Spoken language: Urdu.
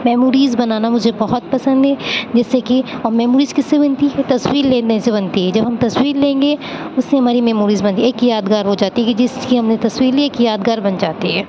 میموریز بنانا مجھے بہت پسند ہے جس سے کہ میموریز کس سے بنتی ہے تصویر لینے سے بنتی ہے جب ہم تصویر لیں گے اس میں ہماری میموریز بنے گی ایک یادگار ہو جاتی ہے جس کی ہم نے تصویر لی ایک یادگار بن جاتی ہے